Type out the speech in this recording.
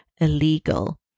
illegal